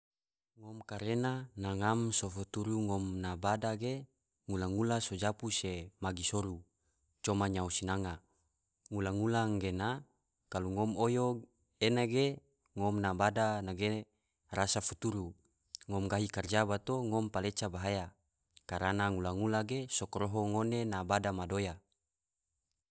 Ngom karena na ngam so futuru ngom na bada ge ngula-ngula so japu se magi soru, coma nyao sinanga, ngula-ngula gena kalo ngom oyo ene ge ngom na bada nage rasa futuru, ngom gahi karja bato ngom gahi karja bato ngom paleca bahaya karana ngula-ngula ge so koroho ngone na bada madoya.